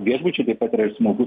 viešbučiai taip pat yra ir smulkus